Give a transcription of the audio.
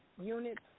units